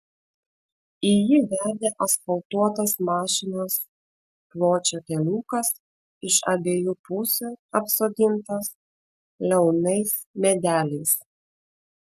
į jį vedė asfaltuotas mašinos pločio keliukas iš abiejų pusių apsodintas liaunais medeliais